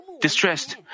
distressed